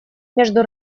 между